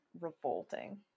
revolting